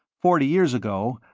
forty years ago,